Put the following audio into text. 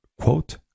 quote